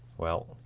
well,